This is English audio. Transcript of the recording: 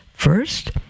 First